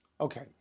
Okay